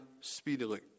speedily